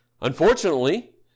Unfortunately